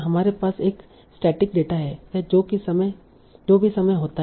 हमारे पास एक इस्टेटिक डेटा है या जो भी समय होता है